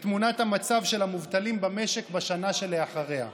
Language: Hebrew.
בתמונת המצב של המובטלים במשק בשנה שאחריה.